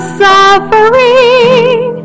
suffering